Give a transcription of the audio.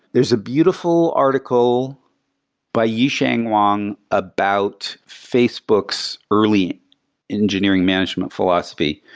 there's a beautiful article by yu sheng wang about facebook's early engineering management philosophy.